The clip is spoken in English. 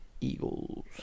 Eagles